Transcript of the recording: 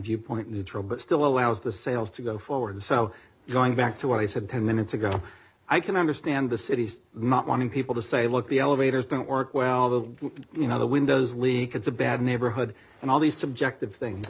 viewpoint neutral but still allows the sales to go forward so going back to what i said ten minutes ago i can understand the city's not wanting people to say look the elevators don't work well you know the windows leak it's a bad neighborhood and all these subjective thing